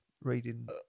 reading